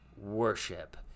worship